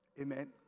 Amen